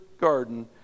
garden